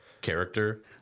character